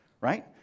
right